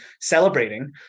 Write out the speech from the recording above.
celebrating